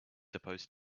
supposed